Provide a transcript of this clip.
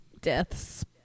deaths